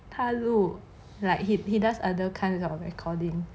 他录 like he he does other kinds of recording